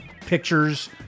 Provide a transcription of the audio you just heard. Pictures